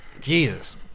Jesus